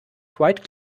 quite